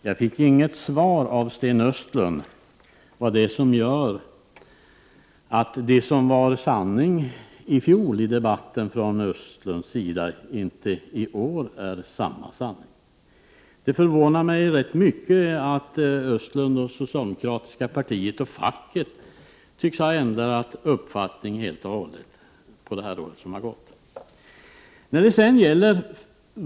Herr talman! Jag fick inget svar av Sten Östlund på vad det är som gör att det som var sanning i fjol i debatten från Sten Östlunds sida inte i år är samma sanning. Det förvånar mig rätt mycket att Sten Östlund, socialdemokratiska partiet och facket tycks ha ändrat uppfattning helt och hållet på det år som gått.